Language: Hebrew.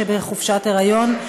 שבחופשת היריון,